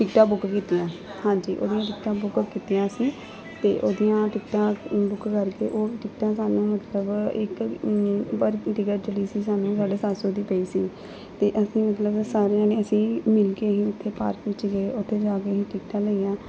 ਟਿਕਟਾਂ ਬੁੱਕ ਕੀਤੀਆਂ ਹਾਂਜੀ ਉਹਦੀਆਂ ਟਿਕਟਾਂ ਬੁੱਕ ਕੀਤੀਆਂ ਅਸੀਂ ਅਤੇ ਉਹਦੀਆਂ ਟਿਕਟਾਂ ਬੁੱਕ ਕਰਕੇ ਉਹ ਟਿਕਟਾਂ ਸਾਨੂੰ ਮਤਲਬ ਇੱਕ ਪਰ ਟਿਕਟ ਜਿਹੜੀ ਸੀ ਸਾਨੂੰ ਸਾਢੇ ਸੱਤ ਸੌ ਦੀ ਪਈ ਸੀ ਅਤੇ ਅਸੀਂ ਮਤਲਬ ਸਾਰਿਆਂ ਨੇ ਅਸੀਂ ਮਿਲ ਕੇ ਹੀ ਇੱਥੇ ਪਾਰਕ ਵਿੱਚ ਗਏ ਉੱਥੇ ਜਾ ਕੇ ਅਸੀਂ ਟਿਕਟਾਂ ਲਈਆਂ